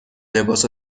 لباس